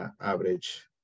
average